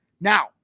Now